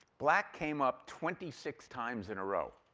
black came up twenty six times in a row.